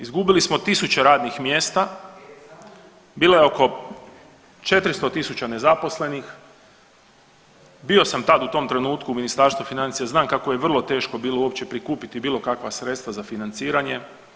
Izgubili smo tisuće radnih mjesta, bilo je oko 400.000 nezaposlenih, bio sam u tom trenutku u Ministarstvu financija znam kako je vrlo teško bilo uopće prikupiti bilo kakva sredstva za financiranje.